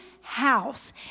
house